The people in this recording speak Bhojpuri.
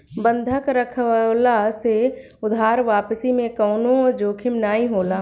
बंधक रखववला से उधार वापसी में कवनो जोखिम नाइ होला